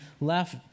left